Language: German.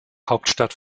hauptstadt